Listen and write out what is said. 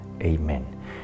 amen